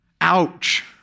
ouch